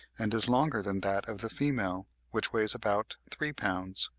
and is longer than that of the female, which weighs about three pounds.